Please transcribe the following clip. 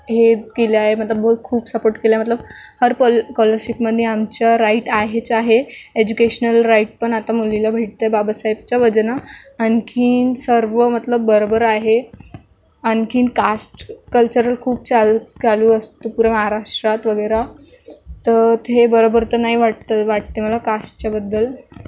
हे केलं आहे मतलब बहो खूप सपोर्ट केला आहे मतलब हर पल कॉलरशीपमध्ये आमचं राईट आहेच आहे एज्युकेशनल राईट पण आता मुलीला भेटते बाबासाहेबच्या वजहनं आणखी सर्व मतलब बरोबर आहे आणखी कास्ट कल्चरल खूप चाल चालू असतो पुऱ्या महाराष्ट्रात वगैरे तर ते बरोबर तर नाही वाटत वाटते मला कास्टच्याबद्दल